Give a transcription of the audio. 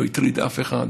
לא הטריד אף אחד.